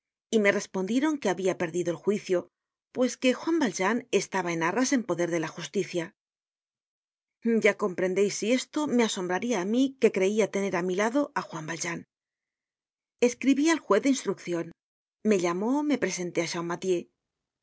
y me respondieron que habia perdido el juicio pues que juan valjean estaba en arras en poder de la justicia ya comprendereis si esto me asombraria á mí que creia tener á mi lado á juan valjean escribi al juez de instruccion me llamó me presenté á